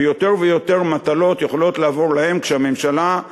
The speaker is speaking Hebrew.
ויותר ויותר מטלות יכולות לעבור אליהם כשהממשלה היא